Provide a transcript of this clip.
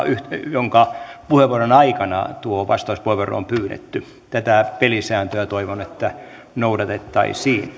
jonka puheenvuoron aikana tuo vastauspuheenvuoro on pyydetty tätä pelisääntöä toivon noudatettavan